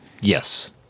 Yes